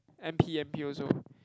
n_p n_p also